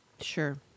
Sure